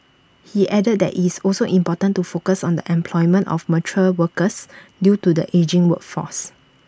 he added that it's also important to focus on the employment of mature workers due to the ageing workforce